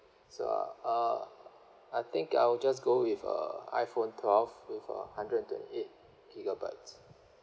so uh uh I think I'll just go with a iphone twelve with a hundred and twenty eight gigabytes